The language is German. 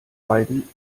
beiden